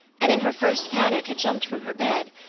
and in her first panic had jumped from her bed,